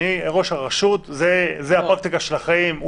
ראש הרשות זה הפרקטיקה של החיים.